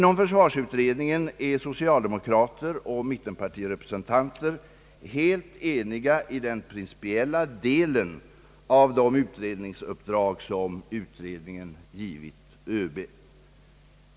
Inom försvarsutredningen är socialdemokrater och mittenpartirepresentanter helt eniga i den principiella delen av det utredningsuppdrag som har givits ÖB.